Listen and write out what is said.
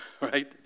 right